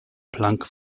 planck